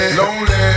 lonely